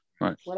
Right